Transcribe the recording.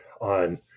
on